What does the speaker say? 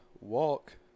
walk